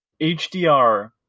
HDR